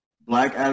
Black